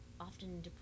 often